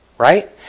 Right